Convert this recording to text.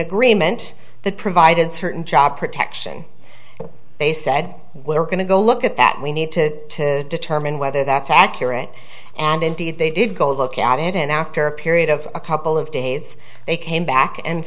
agreement that provided certain job protection they said we're going to go look at that we need to determine whether that's accurate and indeed they did go look at it and after a period of a couple of days they came back and